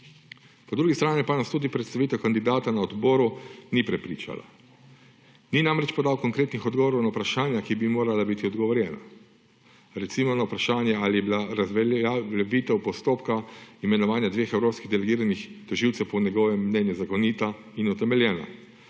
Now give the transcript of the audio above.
Po drugi strani pa nas tudi predstavitev kandidata na odboru ni prepričala. Ni namreč podal konkretnih odgovorov na vprašanja, ki bi morala biti odgovorjena. Recimo, na vprašanje, ali je bila razveljavitev postopka imenovanja dveh evropskih delegiranih tožilcev po njegovem mnenju zakonita in utemeljena;